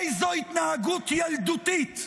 איזו התנהגות ילדותית,